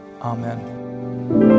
amen